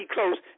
Close